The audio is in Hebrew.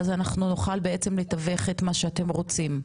ואז אנחנו נוכל בעצם לתווך את מה שאתם רוצים.